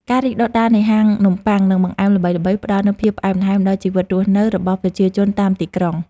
ការរីកដុះដាលនៃហាងនំបុ័ង និងបង្អែមល្បីៗផ្ដល់នូវភាពផ្អែមល្ហែមដល់ជីវិតរស់នៅរបស់ប្រជាជនតាមទីក្រុង។